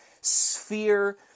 sphere